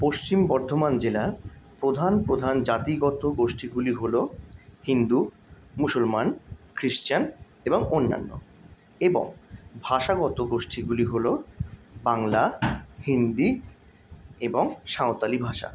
পশ্চিম বর্ধমান জেলার প্রধান প্রধান জাতিগত গোষ্ঠীগুলি হল হিন্দু মুসলমান খ্রিস্টান এবং অন্যান্য এবং ভাষাগত গোষ্ঠীগুলি হল বাংলা হিন্দি এবং সাঁওতালি ভাষা